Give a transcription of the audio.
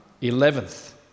eleventh